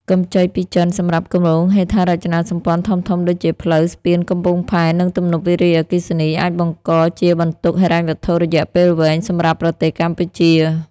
កម្ចីពីចិនសម្រាប់គម្រោងហេដ្ឋារចនាសម្ព័ន្ធធំៗ ដូចជាផ្លូវ ស្ពាន កំពង់ផែ និងទំនប់វារីអគ្គិសនី អាចបង្កជាបន្ទុកហិរញ្ញវត្ថុរយៈពេលវែងសម្រាប់ប្រទេសកម្ពុជា។